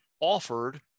offered